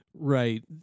Right